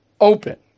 Open